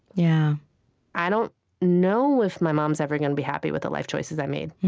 yeah i don't know if my mom's ever going to be happy with the life choices i've made.